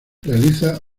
realiza